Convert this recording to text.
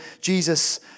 Jesus